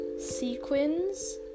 sequins